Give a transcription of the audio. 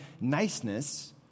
niceness